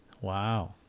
Wow